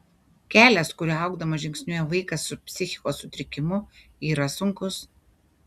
kelias kuriuo augdamas žingsniuoja vaikas su psichikos sutrikimu yra sunkus